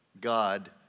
God